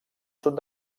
sud